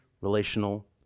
relational